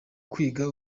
kwiga